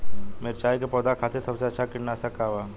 मिरचाई के पौधा खातिर सबसे अच्छा कीटनाशक का बा?